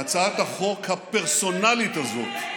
הצעת החוק הפרסונלית הזאת,